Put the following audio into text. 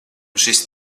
šis